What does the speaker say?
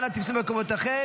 אנא תפסו את מקומותיכם.